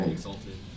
exalted